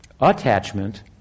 Attachment